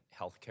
healthcare